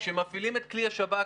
כשמפעילים את כלי השב"כ,